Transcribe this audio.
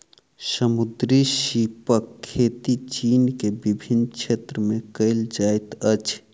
समुद्री सीपक खेती चीन के विभिन्न क्षेत्र में कयल जाइत अछि